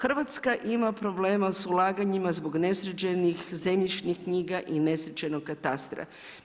Hrvatska ima problema sa ulaganjima zbog nesređenih zemljišnih knjiga i nesređenog katastra.